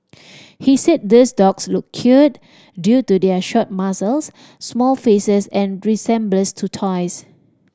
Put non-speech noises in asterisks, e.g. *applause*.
*noise* he said these dogs look cute due to their short muzzles small faces and resemblance to toys